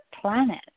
planet